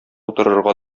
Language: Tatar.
утырырга